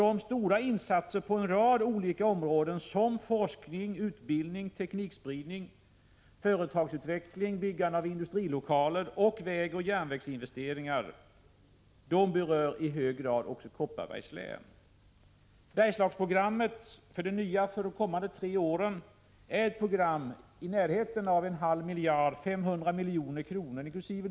De stora insatserna på en rad olika områden som forskning, utbildning, teknikspridning, företagsutveckling, byggande av industrilokaler och vägoch järnvägsinvesteringar berör i hög grad även Kopparbergs län. Bergslagsprogrammet för de kommande tre åren är ett program i närheten av en halv miljard — 500 milj.kr. — inkl.